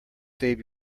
save